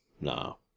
No